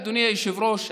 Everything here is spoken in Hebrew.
אדוני היושב-ראש,